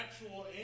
actual